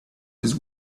this